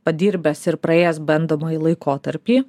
padirbęs ir praėjęs bandomąjį laikotarpį